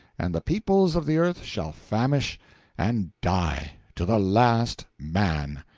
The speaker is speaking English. and the peoples of the earth shall famish and die, to the last man!